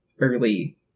early